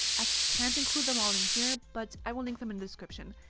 i can't include them all in here, but i will link them in the description.